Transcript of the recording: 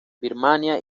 birmania